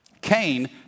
Cain